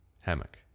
Hammock